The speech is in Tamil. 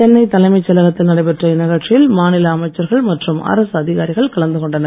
சென்னை தலைமை செயலகத்தில் நடைபெற்ற இந்நிகழ்ச்சியில் மாநில அமைச்சர்கள் மற்றும் அரசு அதிகாரிகள் கலந்து கொண்டனர்